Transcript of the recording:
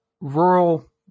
rural